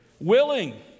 Willing